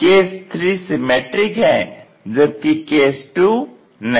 case 3 symmetric है जबकि case 2 नहीं